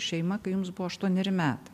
šeima kai jums buvo aštuoneri metai